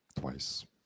Twice